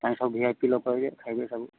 ତାଙ୍କେ ସବୁ V I P ଲୋକ ଆସିବେ ଖାଇବେ ସବୁ